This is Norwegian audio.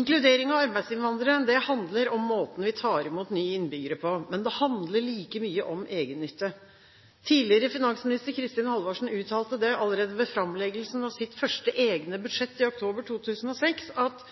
Inkludering av arbeidsinnvandrere handler om måten vi tar imot nye innbyggere på, men det handler like mye om egennytte. Tidligere finansminister Kristin Halvorsen uttalte allerede ved framleggelsen av sitt første egne budsjett i oktober 2006 at